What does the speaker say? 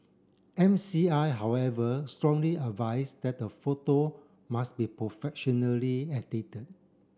M C I however strongly advised that the photo must be professionally edited